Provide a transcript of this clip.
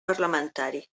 parlamentari